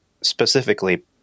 specifically